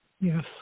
Yes